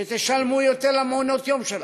שתשלמו יותר למעונות יום שלכם,